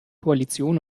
koalition